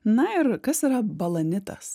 na ir kas yra balanitas